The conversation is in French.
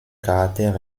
caractère